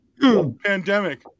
Pandemic